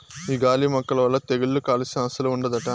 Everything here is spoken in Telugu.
ఈ గాలి మొక్కల వల్ల తెగుళ్ళు కాలుస్యం అస్సలు ఉండదట